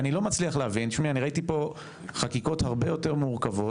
אני ראיתי פה חקיקות הרבה יותר מורכבות,